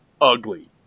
ugly